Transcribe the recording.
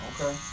Okay